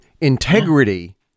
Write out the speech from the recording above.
integrity